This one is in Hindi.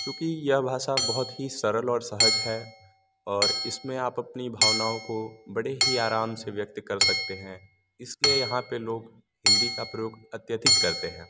चूँकि यह भाषा बहुत ही सरल और सहज है और इसमें आप अपनी भावनाओं को बड़े ही आराम से व्यक्त कर सकते हैं इसलिए यहाँ पे लोग हिंदी का प्रयोग अत्यधिक करते है